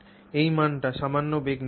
এই মানটি সামান্য বেগ নির্ভরশীল